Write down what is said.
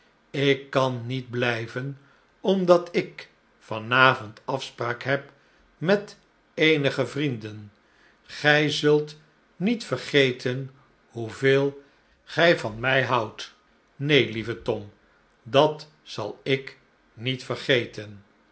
ik kan niet blijven omdat ik van avond afspraak heb met eenige vrienden gij zult niet vergeten hoeveel gij van mij houdt neen lieve tom dat zal ik niet vergeten